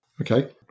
Okay